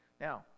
Now